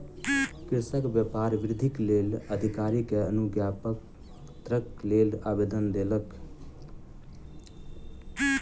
कृषक व्यापार वृद्धिक लेल अधिकारी के अनुज्ञापत्रक लेल आवेदन देलक